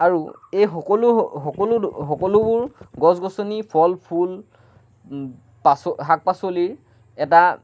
আৰু এই সকলো সকলো সকলোবোৰ গছ গছনি ফল ফুল পাচলি শাক পাচলিৰ এটা